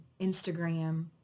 instagram